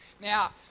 Now